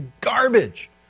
garbage